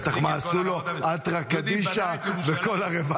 בטח מה עשו לו אתרא קדישא וכולם,